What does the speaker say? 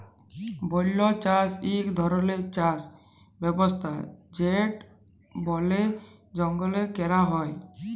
বল্য চাষ ইক ধরলের চাষ ব্যবস্থা যেট বলে জঙ্গলে ক্যরা হ্যয়